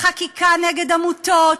בחקיקה נגד עמותות,